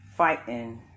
Fighting